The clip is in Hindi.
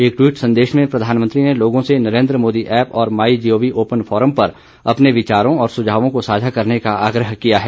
एक ट्वीट संदेश में प्रधानमंत्री ने लोगों से नरेन्द्र मोदी ऐप और my G O V open forum पर अपने विचारों और सुझावों को साझा करने का आग्रह किया है